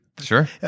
Sure